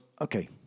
okay